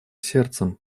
сердцем